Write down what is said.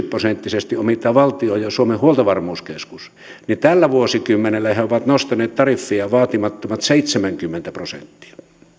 prosenttisesti omistavat valtio ja suomen huoltovarmuuskeskus niin tällä vuosikymmenellä he ovat nostaneet tariffia vaatimattomat seitsemänkymmentä prosenttia